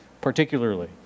particularly